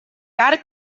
car